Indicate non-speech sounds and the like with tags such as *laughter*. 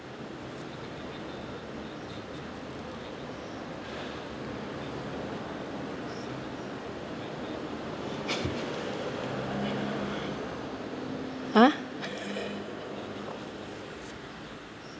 !huh! *laughs*